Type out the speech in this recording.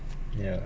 ya